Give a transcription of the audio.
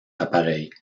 appareils